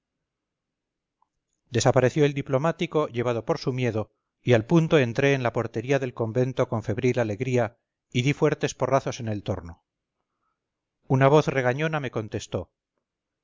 desapareció el diplomático llevado por su miedo y al punto entré en la portería del convento con febril alegría y di fuertes porrazos en el torno una voz regañona me contestó